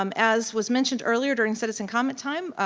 um as was mentioned earlier during citizen comment time,